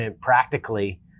practically